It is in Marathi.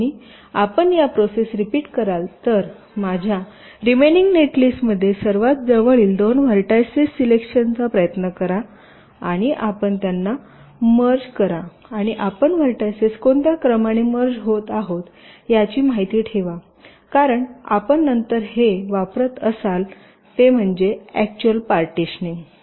आणि आपण या प्रोसेस रिपीट कराल तर माझ्या रिमेनिंग नेटलिस्टमध्ये सर्वात जवळील दोन व्हर्टायसेस सिलेक्शनचा प्रयत्न करा आणि आपण त्यांना मर्ज करा आणि आपण व्हर्टायसेस कोणत्या क्रमाने मर्ज होत आहात याची माहिती ठेवा कारण आपण नंतर हे वापरत असाल एक्चुअल पार्टीशनिंग